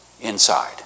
inside